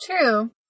True